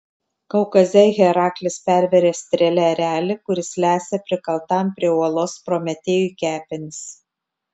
kaukaze heraklis pervėrė strėle erelį kuris lesė prikaltam prie uolos prometėjui kepenis